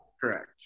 Correct